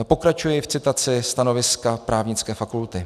Pokračuji v citaci stanoviska Právnické fakulty.